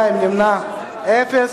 בעד, 19, נגד, 2, נמנעים אין.